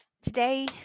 Today